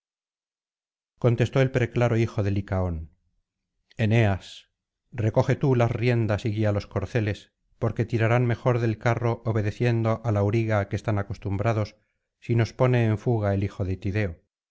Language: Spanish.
contestó el preclaro hijo de licaón eneas recoge tú las riendas y guía los corceles porque tirarán mejor del carro obedeciendo al auriga á que están acostumbrados si nos pone en fuga el hijo de tideo